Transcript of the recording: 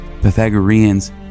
Pythagoreans